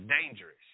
dangerous